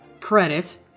credit